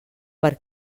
per